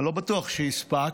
אני לא בטוח שהספקת,